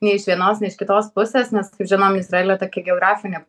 nei iš vienos nei iš kitos pusės nes kaip žinom izraelio tokia geografinė